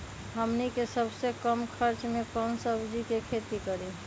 हमनी के सबसे कम खर्च में कौन से सब्जी के खेती करी?